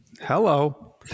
hello